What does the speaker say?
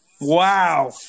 wow